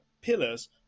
pillars